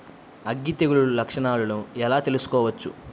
అగ్గి తెగులు లక్షణాలను ఎలా తెలుసుకోవచ్చు?